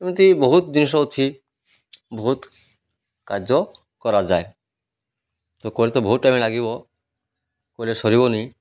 ଏମିତି ବହୁତ ଜିନିଷ ଅଛି ବହୁତ କାର୍ଯ୍ୟ କରାଯାଏ ତ କିହିଲେ ତ ବହୁତ ଟାଇମ୍ ଲାଗିବ କହିଲେ ସରିବନି